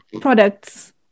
products